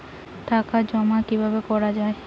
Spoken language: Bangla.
টাকা জমা কিভাবে করা য়ায়?